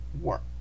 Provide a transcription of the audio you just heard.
work